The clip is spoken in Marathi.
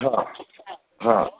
हां हां